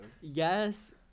yes